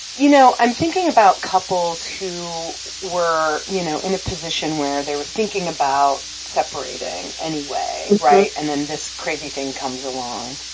you know, i'm thinking about couples who were, you know, in a position where they were thinking about separating anyway, right? and then this crazy thing comes along.